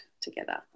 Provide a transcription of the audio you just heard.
together